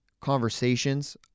conversations